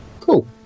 Cool